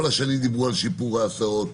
כל השנים דיברו על שיפור ההסעות,